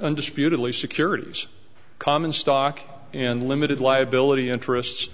undisputedly securities common stock and limited liability interests